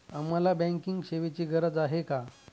आम्हाला बँकिंग सेवेची गरज का आहे?